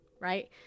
Right